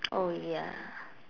oh ya